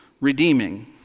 redeeming